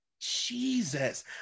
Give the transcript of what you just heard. jesus